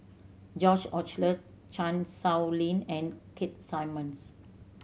George Oehlers Chan Sow Lin and Keith Simmons